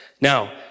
Now